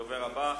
הדובר הבא,